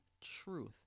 truth